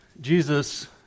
Jesus